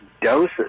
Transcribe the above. doses